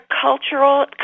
cultural